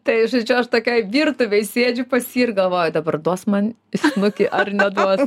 tai žodžiu aš tokioj virtuvėj sėdžiu pas jį ir galvoju dabar duos man į snukį ar ne duos